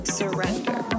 surrender